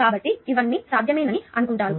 కాబట్టి ఇవన్నీ సాధ్యమేనని అనుకుంటున్నారు